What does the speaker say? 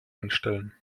anstellen